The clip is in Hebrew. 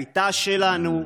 הייתה שלנו,